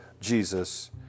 Jesus